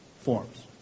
forms